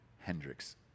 Hendrix